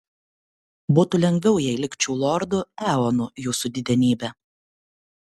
būtų lengviau jei likčiau lordu eonu jūsų didenybe